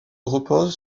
repose